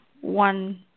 one